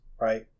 right